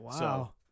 wow